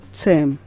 term